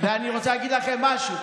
אני רוצה להגיד לכם משהו.